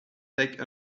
take